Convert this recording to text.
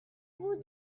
vous